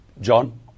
John